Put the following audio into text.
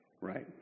right